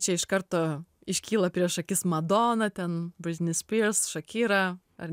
čia iš karto iškyla prieš akis madona ten briznis spyrs šakira ar